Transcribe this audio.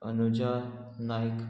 Anuja Naik